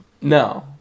No